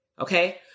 Okay